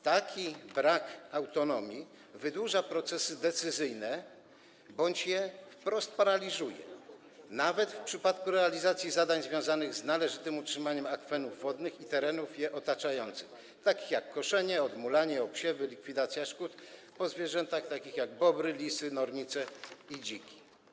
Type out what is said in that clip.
Taki brak autonomii wydłuża procesy decyzyjne bądź je wprost paraliżuje, nawet w przypadku realizacji zadań związanych z należytym utrzymaniem akwenów i terenów ich otaczających, takich jak koszenie, odmulanie, obsiewy, likwidacje szkód po zwierzętach, takich jak bobry, lisy, nornice i dziki.